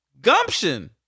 Gumption